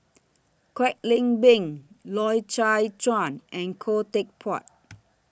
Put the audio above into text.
Kwek Leng Beng Loy Chye Chuan and Khoo Teck Puat